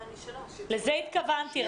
בבקשה, לזה התכוונתי.